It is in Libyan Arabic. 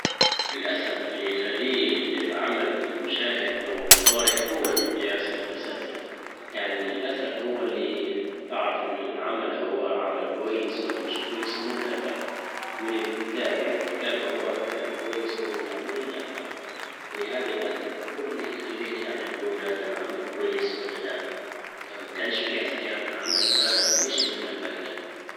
الاثر اللي يخليه العمل في المشاهد او القارئ هو المقياس الاساسي يعني الاثر هو اللي تعرف ان العمل هو عمل كويس ولا مش كويس من الاثر من الكتاب يعني الكتاب اهو كتاب كويس ولا لا من الاثر ولهذا الاثر هو اللى يخليك يعنى تجول العمل كويس ولا لا فان مكانش فيه اثر فان العمل مافيش منه فايدة